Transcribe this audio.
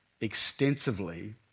extensively